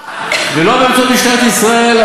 ולא באמצעות משטרת ישראל,